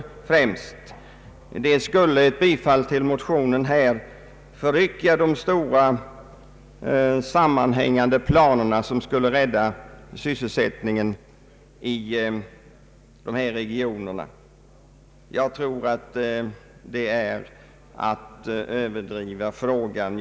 Först och främst skulle enligt deras mening ett bifall till motionen förrycka de stora sammanhängande planer som skulle rädda sysselsättningen i dessa regioner. Jag tror att detta är att överdriva situationen.